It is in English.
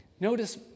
Notice